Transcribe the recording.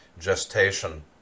gestation